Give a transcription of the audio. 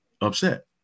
upset